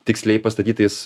tiksliai pastatytais